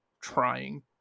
trying